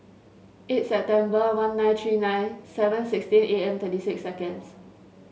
eight September one nine three nine seven sixteen A M thirty six seconds